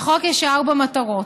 לחוק יש ארבע מטרות: